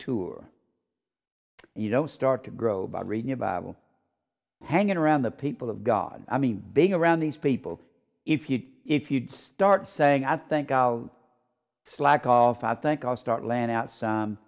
mature you don't start to grow by reading a bible hanging around the people of god i mean being around these people if you if you start saying i think i'll slack off i think i'll start laying out some